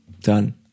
Done